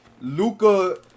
Luca